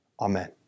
Amen